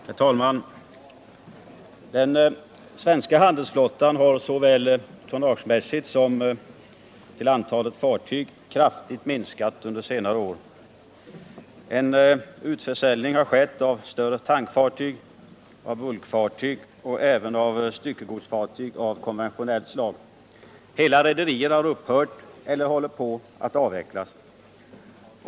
Herr talman! Den svenska handelsflottan har såväl tonnagemässigt som till antalet fartyg kraftigt minskat under senare år. En utförsäljning har skett av större tankfartyg, bulkfartyg och även styckegodsfartyg av konventionellt slag. Hela rederier har upphört eller håller på att avvecklas.